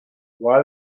why